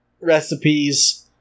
Recipes